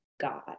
God